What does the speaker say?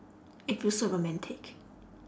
it feels so romantic